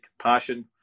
passion